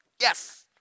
Yes